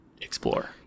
explore